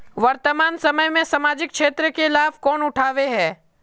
वर्तमान समय में सामाजिक क्षेत्र के लाभ कौन उठावे है?